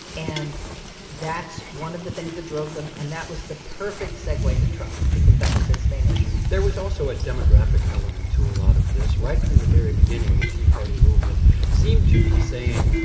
and that's one of the things that drove them. and that was the perfect segue to trump because that was his main issue there was also a demographic element to a lot of this. right from the very beginning, the tea party movement seemed to be saying,